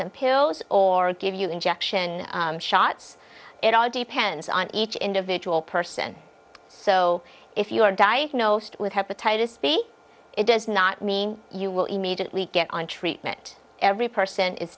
some pills or give you injection shots it all depends on each individual person so if you are diagnosed with hepatitis b it does not mean you will immediately get on treatment every person is